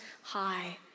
High